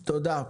תודה.